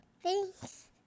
Thanks